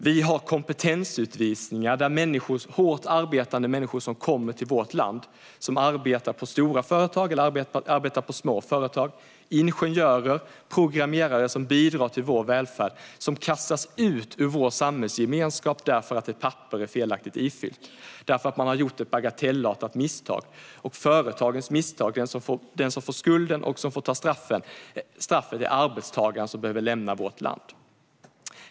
Vi har kompetensutvisningar, där hårt arbetande människor, till exempel ingenjörer och programmerare som kommer till vårt land för att arbeta på stora eller små företag och bidra till vår välfärd, kastas ut ur vår samhällsgemenskap eftersom ett papper är felaktigt ifyllt. Arbetsgivaren har gjort ett bagatellartat misstag, och den som får skulden och får ta straffet för företagets misstag är arbetstagaren som behöver lämna vårt land.